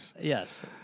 yes